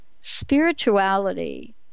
spirituality